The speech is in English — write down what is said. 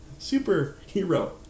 superhero